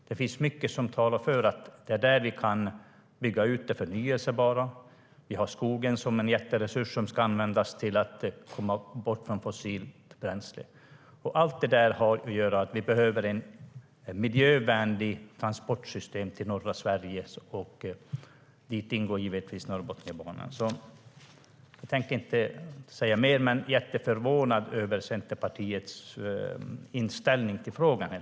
Det finns mycket som talar för att det är där vi kan bygga ut det förnybara. Vi har skogen som en jätteresurs som ska användas för att komma bort från fossilt bränsle. Jag tänker inte säga mer än så, men jag är mycket förvånad över Centerpartiets inställning i frågan.